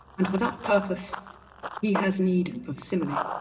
and for that purpose he has need of simile